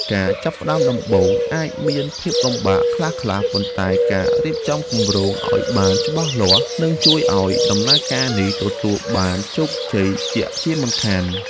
ការចាប់ផ្តើមដំបូងអាចមានភាពលំបាកខ្លះៗប៉ុន្តែការរៀបចំគម្រោងឱ្យបានច្បាស់លាស់នឹងជួយឱ្យដំណើរការនេះទទួលបានជោគជ័យជាក់ជាមិនខាន។